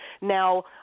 Now